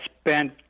spent